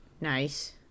Nice